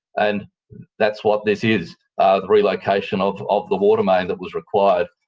and that's what this is the relocation of of the water main that was required.